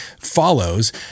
follows